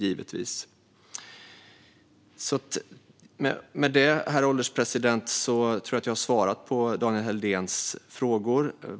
Därmed tror jag, herr ålderspresident, att jag har svarat på Daniel Helldéns frågor.